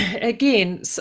again